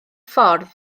ffordd